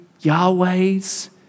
Yahweh's